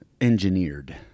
engineered